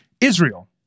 Israel